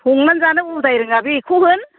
संनानै जानो उदायरोङा बेखौ होन